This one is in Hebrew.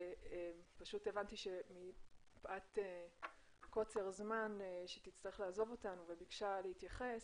פשוט הבנתי שמפאת קוצר זמן שתצטרך לעזוב אותנו והיא ביקשה להתייחס,